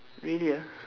really ah